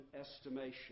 estimation